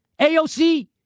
AOC